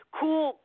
cool